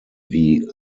wie